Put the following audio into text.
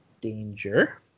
Danger